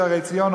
"שערי ציון",